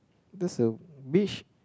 that's a beach